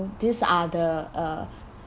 these are the uh